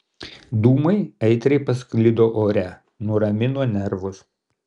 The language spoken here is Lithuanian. dūmai aitriai pasklido ore nuramino nervus